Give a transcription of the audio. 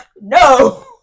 No